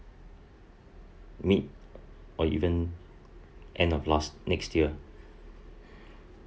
mid or even end of last next year